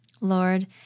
Lord